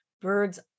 birds